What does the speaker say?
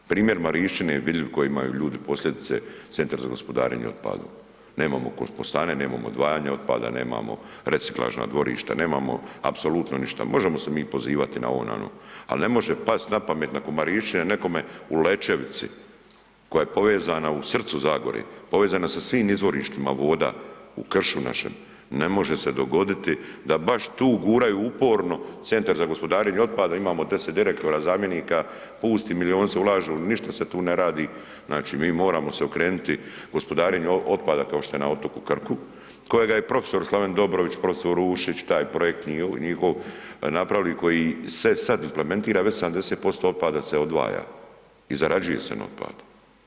Primjer Marišćine je vidljiv koje imaju ljudi posljedice centar za gospodarenje otpadom, nemamo kompostane, nemamo odvajanje otpada, nemamo reciklažna dvorišta, nemamo apsolutno ništa, možemo se mi pozivati na ovo na ono, ali ne može past napamet nakon Marišćine nekome u Lećevici koja je povezana u srcu Zagore, povezana sa svim izvorištima voda u kršu našem, ne može se dogoditi da baš tu guraju uporno centar za gospodarenjem otpada, imamo 10 direktora, zamjenika, pusti milioni se ulažu, ništa se tu ne radi, znači mi moramo se okrenuti gospodarenju otpada kao što je na otoku Krku, kojega je profesor Slaven Dobrović, profesor Rušić, taj projekt njihov napravili koji se sad implementira već 70% otpada se odvaja i zarađuje se na otpadu.